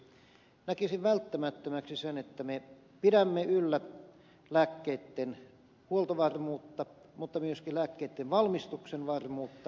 näkisin välttämättömäksi sen että me pidämme yllä lääkkeitten huoltovarmuutta mutta myöskin lääkkeitten valmistuksen varmuutta